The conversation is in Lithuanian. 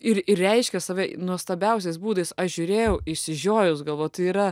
ir ir reiškė save nuostabiausiais būdais aš žiūrėjau išsižiojus galvojau tai yra